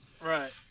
Right